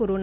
corona